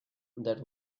that